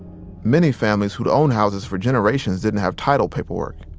many families who'd owned houses for generations didn't have title paperwork,